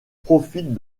profitent